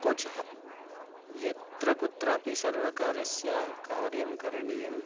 उत्कोचः यत्र कुत्रापि सर्वकरस्य कार्यं करणीयम्